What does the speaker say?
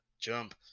jump